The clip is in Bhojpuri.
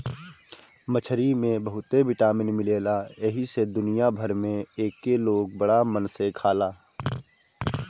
मछरी में बहुते विटामिन मिलेला एही से दुनिया भर में एके लोग बड़ा मन से खाला